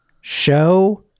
show